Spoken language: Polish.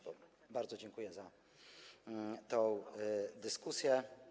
Bardzo dziękuję za tę dyskusję.